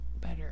better